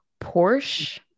Porsche